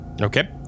Okay